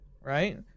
right